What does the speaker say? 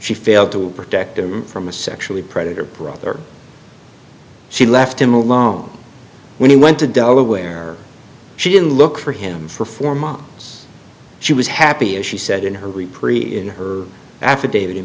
she failed to protect him from a sexually predator brother she left him alone when he went to delaware she didn't look for him for four months she was happy as she said in her reprieve in her affidavit in